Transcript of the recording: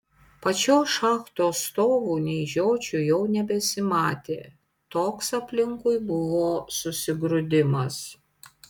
pačios šachtos stovų nei žiočių jau nebesimatė toks aplinkui buvo susigrūdimas